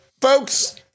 Folks